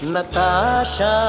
Natasha